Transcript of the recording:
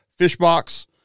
Fishbox